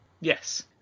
Yes